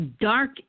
Dark